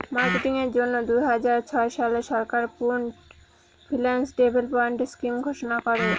marketing এর জন্য দুই হাজার ছয় সালে সরকার পুল্ড ফিন্যান্স ডেভেলপমেন্ট স্কিম ঘোষণা করে